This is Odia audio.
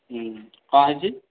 କ'ଣ ହୋଇଛି